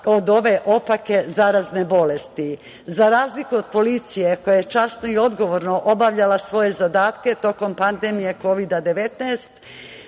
od ove opake zarazne bolesti. Za razlike od policije koja je časno i odgovorno obavljala svoje zadatke tokom pandemije Kovida 19,